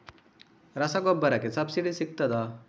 ರಸಗೊಬ್ಬರಕ್ಕೆ ಸಬ್ಸಿಡಿ ಸಿಗ್ತದಾ?